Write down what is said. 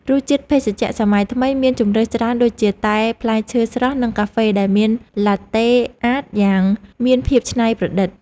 រសជាតិភេសជ្ជៈសម័យថ្មីមានជម្រើសច្រើនដូចជាតែផ្លែឈើស្រស់និងកាហ្វេដែលមានឡាតេអាតយ៉ាងមានភាពច្នៃប្រឌិត។